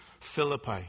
Philippi